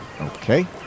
okay